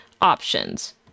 options